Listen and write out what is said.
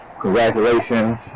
congratulations